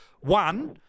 One